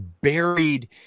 buried